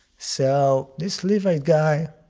so this levite guy,